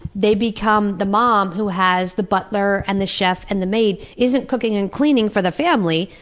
they become the mom who has the butler and the chef and the maid, isn't cooking and cleaning for the family,